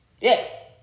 yes